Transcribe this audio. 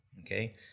okay